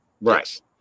Right